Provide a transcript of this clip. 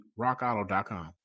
RockAuto.com